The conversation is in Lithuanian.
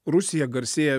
rusija garsėja